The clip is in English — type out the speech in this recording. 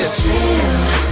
chill